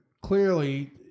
clearly